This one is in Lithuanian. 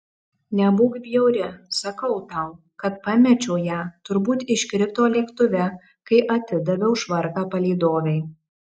nebūk bjauri sakau tau kad pamečiau ją turbūt iškrito lėktuve kai atidaviau švarką palydovei